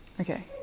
Okay